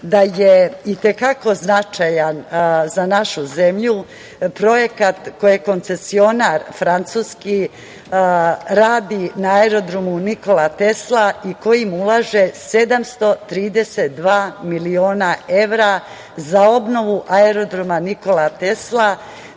da je i te kako značajan za našu zemlju projekat koji koncesionar francuski radi na Aerodromu „Nikola Tesla“ i kojim ulaže 732 miliona evra za obnovu Aerodroma „Nikola Tesla“,